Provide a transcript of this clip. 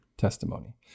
testimony